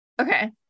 okay